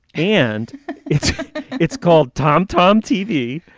and it's it's called tom-tom tv